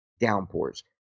downpours